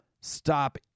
stop